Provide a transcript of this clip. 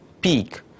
peak